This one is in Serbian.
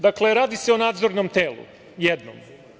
Dakle, radi se o nadzornom telu, jednom.